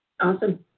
Awesome